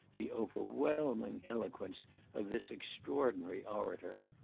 the overwhelming eloquence of this extraordinary orator.